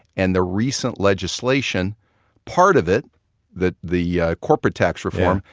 and the recent legislation part of it that the corporate tax reform,